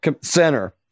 Center